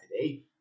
today